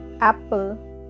apple